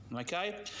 okay